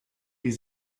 die